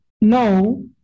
No